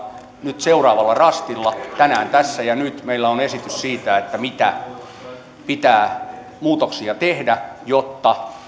nyt seuraavalla rastilla tänään tässä ja nyt meillä on esitys siitä mitä muutoksia pitää tehdä jotta